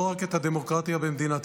לא רק את הדמוקרטיה במדינתנו,